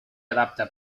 adapta